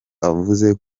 avuze